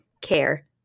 Care